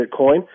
Bitcoin